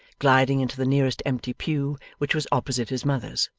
gliding into the nearest empty pew which was opposite his mother's,